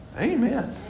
Amen